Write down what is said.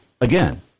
again